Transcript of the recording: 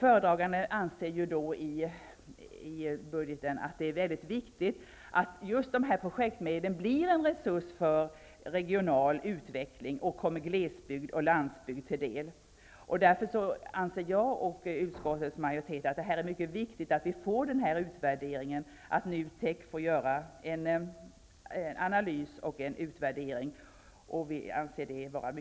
Föredraganden anser i budgeten att det är mycket viktigt att just dessa projektmedel blir en resurs för regional utveckling och kommer glesbygd och landsbygd till del. Därför anser jag och utskottets majoritet att det är mycket viktigt och befogat att Nutek får göra en analys och en utvärdering.